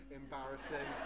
embarrassing